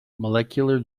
molecular